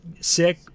sick